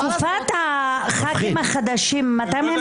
תקופת הח"כים החדשים, מתי הם מפסיקים להיות חדשים?